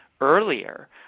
earlier